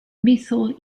methyl